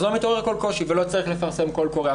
אז לא מתעורר כל קושי ולא צריך לפרסם קול קורא,